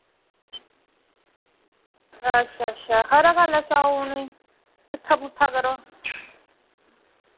अच्छा अच्छा खरा गल्ल ऐ साओ उ'नें किट्ठा कुट्ठा करो